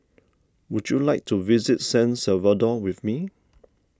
would you like to visit San Salvador with me